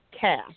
cash